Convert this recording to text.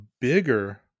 bigger